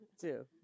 Two